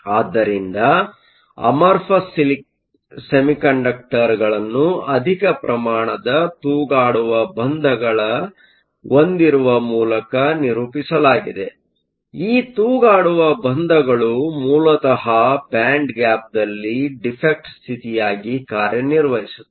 ಆದ್ದರಿಂದ amorphous semiconductor semiconductorಗಳನ್ನು ಅಧಿಕ ಪ್ರಮಾಣದ ತೂಗಾಡುವ ಬಂಧಗಳ ಹೊಂದಿರುವ ಮೂಲಕ ನಿರೂಪಿಸಲಾಗಿದೆ ಈ ತೂಗಾಡುವ ಬಂಧಗಳು ಮೂಲತಃ ಬ್ಯಾಂಡ್ ಗ್ಯಾಪ್ದಲ್ಲಿ ಡಿಫೆಕ್ಟ್Defect ಸ್ಥಿತಿಯಾಗಿ ಕಾರ್ಯನಿರ್ವಹಿಸುತ್ತವೆ